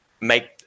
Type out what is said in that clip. make